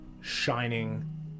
shining